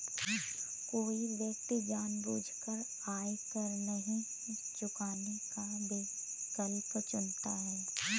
कोई व्यक्ति जानबूझकर आयकर नहीं चुकाने का विकल्प चुनता है